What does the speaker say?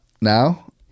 Now